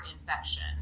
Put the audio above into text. infection